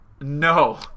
no